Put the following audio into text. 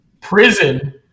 prison